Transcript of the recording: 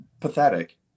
pathetic